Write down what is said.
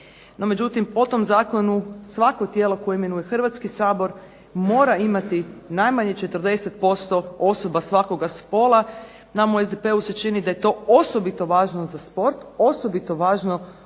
međutim po tom zakonu svako tijelo koje imenuje Hrvatski sabor mora imati najmanje 40% osoba svakoga spola. Nama u SDP-u se čini da je to osobito važno za sport, osobito važno u onom